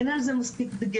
אין על זה מספיק דגש,